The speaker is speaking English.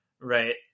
right